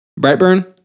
Brightburn